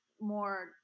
more